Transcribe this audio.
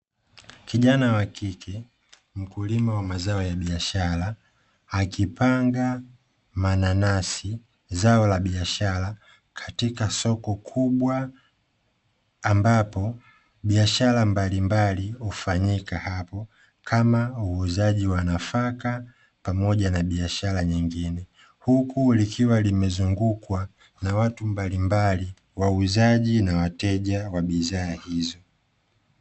Kijana wa kike mkulima wa mazao la biashara, akipanga mananasi zao la biashara katika soko kubwa, ambapo biashara mbalimbali hufanyika hapo, kama uuzaji wa nafaka pamoja na biashara nyingine. Huku likiwa imezungukwa, na watu mbalimbali wauzaji na wateja wa bidhaa hizo.